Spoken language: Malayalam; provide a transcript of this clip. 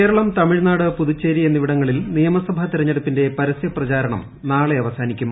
കേരളം തമിഴ്നാട് പ്പൂതുച്ചേരി എന്നിവിടങ്ങളിൽ നിയമസഭാ ന് തെരഞ്ഞെടുപ്പിന്റെ പ്രസ്യപ്രചാരണം നാളെ അവസാനിക്കും